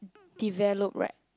developed right